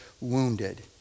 wounded